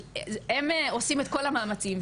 כי הם עושים את כל המאמצים,